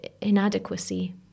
inadequacy